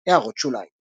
הערות שוליים ==